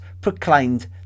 proclaimed